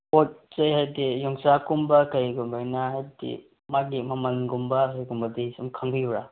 ꯄꯣꯠꯁꯦ ꯍꯥꯏꯕꯗꯤ ꯌꯣꯡꯆꯥꯛꯀꯨꯝꯕ ꯀꯩꯒꯂꯣꯏꯅ ꯍꯥꯏꯕꯗꯤ ꯃꯥꯒꯤ ꯃꯃꯜꯒꯨꯝꯕ ꯑꯗꯨꯒꯨꯝꯕꯗꯤ ꯑꯁꯨꯝ ꯈꯪꯕꯤꯕ꯭ꯔꯥ